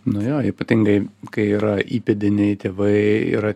nu jo ypatingai kai yra įpėdiniai tėvai ir